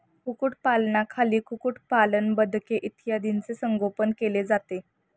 कुक्कुटपालनाखाली कुक्कुटपालन, बदके इत्यादींचे संगोपन केले जाते